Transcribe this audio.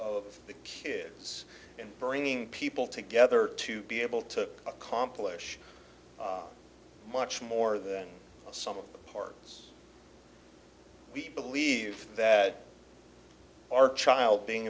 of the kids and bringing people together to be able to accomplish much more than some parts we believe that our child being